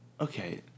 okay